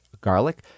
garlic